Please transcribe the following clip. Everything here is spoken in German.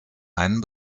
einen